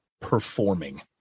performing